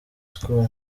school